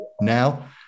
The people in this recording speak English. now